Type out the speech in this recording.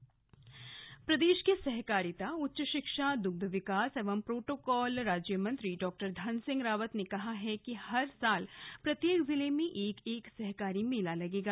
सहकारी मेला प्रदेश के सहकारिता उच्च शिक्षा दुग्ध विकास एवं प्रोटोकॉल राज्यमंत्री डॉ धन सिंह रावत ने कहा है कि हर जिले में एक एक सहकारी मेला लगेगा